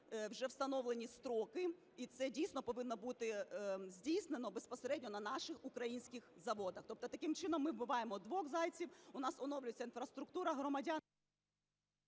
вже встановлені строки. І це дійсно повинно бути здійснено безпосередньо на наших українських заводах. Тобто таким чином ми вбиваємо двох зайців: у нас оновлюється інфраструктура, громадяни...